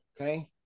okay